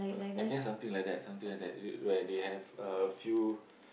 I guess something like that something like that where they have a few